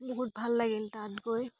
বহুত ভাল লাগিল তাত গৈ